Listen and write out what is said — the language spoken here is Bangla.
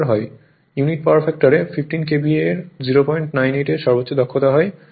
ইউনিটি পাওয়ার ফ্যাক্টরে 15 KVA এর 098 এর সর্বোচ্চ দক্ষতা হয়